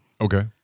Okay